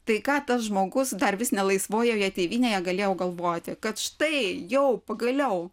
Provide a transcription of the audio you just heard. tai ką tas žmogus dar vis ne laisvojoje tėvynėje galėjau galvoti kad štai jau pagaliau